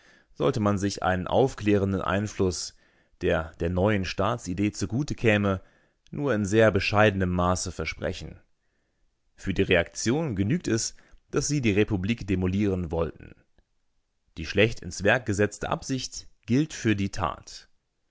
sollte man sich einen aufklärenden einfluß der der neuen staatsidee zugute käme nur in sehr bescheidenem maße versprechen für die reaktion genügt es daß sie die republik demolieren wollten die schlecht ins werk gesetzte absicht gilt für die tat